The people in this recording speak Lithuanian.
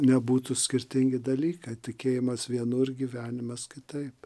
nebūtų skirtingi dalykai tikėjimas vienur gyvenimas kitaip